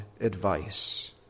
advice